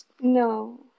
No